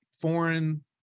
foreign